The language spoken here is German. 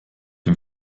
dem